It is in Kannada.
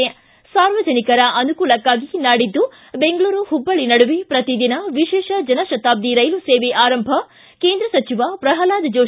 ಸ್ತಿ ಸಾರ್ವಜನಿಕರ ಅನುಕೂಲಕ್ಷಾಗಿ ನಾಡಿದ್ದು ಬೆಂಗಳೂರು ಹುಬ್ಬಳ್ಳ ನಡುವೆ ಪ್ರತಿದಿನ ವಿಶೇಷ ಜನತಾಬ್ದಿ ರೈಲು ಸೇವೆ ಆರಂಭ ಕೇಂದ್ರ ಸಚಿವ ಪ್ರಹ್ಲಾದ್ ಜೋತಿ